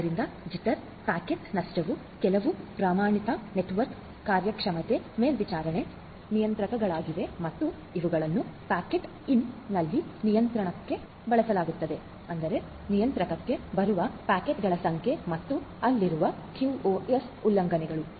ಆದ್ದರಿಂದ jitter packet ನಷ್ಟವು ಕೆಲವು ಪ್ರಮಾಣಿತ ನೆಟ್ವರ್ಕ್ ಕಾರ್ಯಕ್ಷಮತೆ ಮೇಲ್ವಿಚಾರಣಾ ನಿಯತಾಂಕಗಳಾಗಿವೆ ಮತ್ತು ಇವುಗಳನ್ನು ಪ್ಯಾಕೆಟ್ ಇನ್ ನಲ್ಲಿನ ನಿಯಂತ್ರಕಕ್ಕೂ ಬಳಸಲಾಗುತ್ತದೆ ಅಂದರೆ ನಿಯಂತ್ರಕಕ್ಕೆ ಬರುವ ಪ್ಯಾಕೆಟ್ಗಳ ಸಂಖ್ಯೆ ಮತ್ತು ಅಲ್ಲಿರುವ QoS ಉಲ್ಲಂಘನೆಗಳು